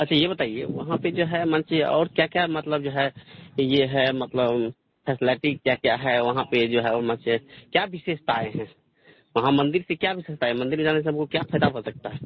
अच्छा ये बताइए वहाँ पर जो है मान के और क्या क्या मतलब जो है ये है मतलब फैसलेटी क्या क्या है वहाँ पर जो है ओहमा से क्या विशेषताएँ हैं वहाँ मंदिर से क्या विशेषता है मंदिर जाने से हमको क्या फायदा हो सकता है